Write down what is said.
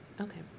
Okay